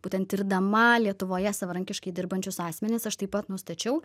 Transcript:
būtent tirdama lietuvoje savarankiškai dirbančius asmenis aš taip pat nustačiau